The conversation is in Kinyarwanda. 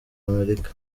amerika